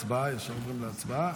הצבעה, ישר עוברים להצבעה?